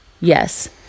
Yes